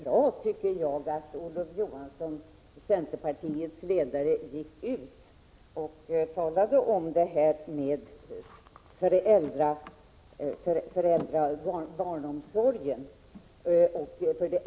Jag tycker att det är bra att centerpartiets ledare Olof Johansson gick ut och talade om föräldraförsäkringen och barnomsorgen.